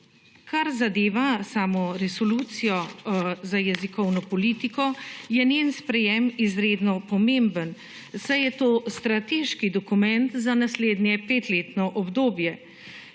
kar zadeva samo resolucijo za jezikovno politiko je njen sprejem izredno pomemben, saj je to strateški dokument za naslednje petletno obdobje